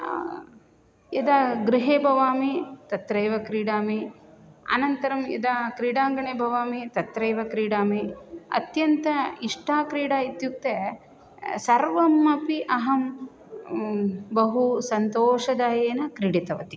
यदा गृहे भवामि तत्रैव क्रीडामि अनन्तरं यदा क्रीडाङ्गणे भवामि तत्रैव क्रीडामि अत्यन्ता इष्टा क्रीडा इत्युक्ते सर्वम् अपि अहं बहु सन्तोषेण क्रीडितवती